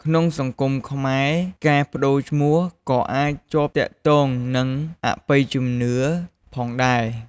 ក្នុងសង្គមខ្មែរ ការប្ដូរឈ្មោះក៏អាចជាប់ទាក់ទងនឹង អបិយជំនឿ ផងដែរ។